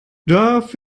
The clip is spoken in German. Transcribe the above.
darf